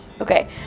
Okay